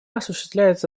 осуществляется